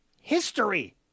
history